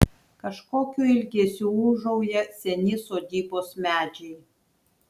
kažkokiu ilgesiu ūžauja seni sodybos medžiai